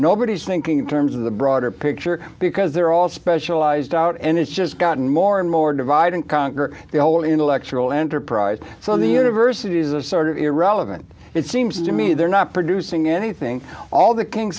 nobody is thinking in terms of the broader picture because they're all specialized out and it's just gotten more and more divide and conquer the whole intellectual enterprise so the universities are sort of irrelevant it seems to me they're not producing anything all the king